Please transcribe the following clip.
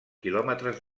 quilòmetres